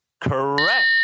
Correct